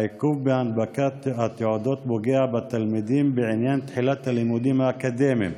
העיכוב בהנפקת התעודות פוגע בתלמידים בעניין תחילת הלימודים האקדמיים,